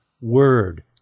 word